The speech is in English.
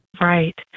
Right